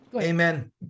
Amen